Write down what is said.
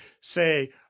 say